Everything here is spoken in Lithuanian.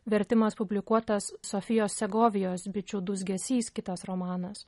vertimas publikuotas sofijos segovijos bičių dūzgesys kitas romanas